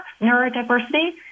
neurodiversity